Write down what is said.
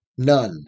none